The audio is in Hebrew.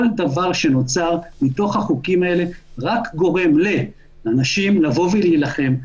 כל דבר שנוצר מתוך החוקים האלה רק גורם לנשים לבוא ולהילחם,